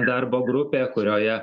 darbo grupė kurioje